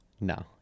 No